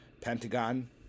Pentagon